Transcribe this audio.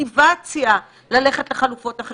הם סעיפים לאירוע הזמני.